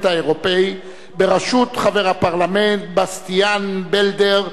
האירופי בראשות חבר הפרלמנט בסטיאן בלדר,